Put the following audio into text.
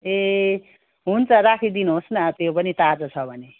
ए हुन्छ राखिदिनुहोस् न त्यो पनि ताजा छ भने